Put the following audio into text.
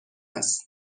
است